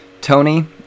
Tony